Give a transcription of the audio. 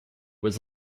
was